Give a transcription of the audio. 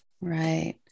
Right